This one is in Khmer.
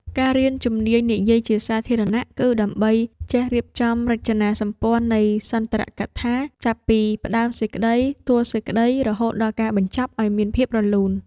ការរៀនជំនាញនិយាយជាសាធារណៈ គឺដើម្បីចេះរៀបចំរចនាសម្ព័ន្ធនៃសន្ទរកថា ចាប់ពីផ្ដើមសេចក្ដី តួសេចក្ដី រហូតដល់ការបញ្ចប់ឱ្យមានភាពរលូន។